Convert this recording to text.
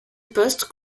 poste